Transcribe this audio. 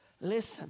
Listen